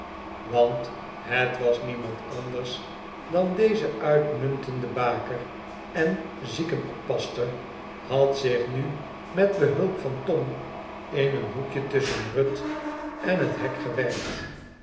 want het was niemand anders dan deze uitmuntende baker en ziekenoppasster had zich nu met behulp van tom in een hoekje tusschen ruth en het hek gewerkt